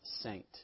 Saint